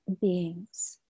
beings